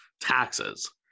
taxes